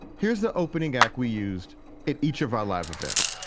here's the opening act. we used it each of our live events